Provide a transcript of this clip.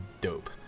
dope